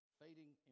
fading